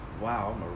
wow